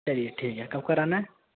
چلیے ٹھیک ہے کب کرانا ہے